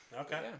Okay